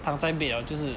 躺在 bed 了就是